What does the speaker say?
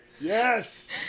Yes